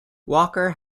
walker